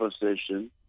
position